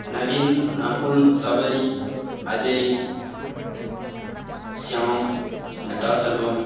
Naveen Nakul Sabari Ajay Shyam Nattar Selvam